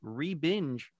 ReBinge